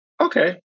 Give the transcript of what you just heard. okay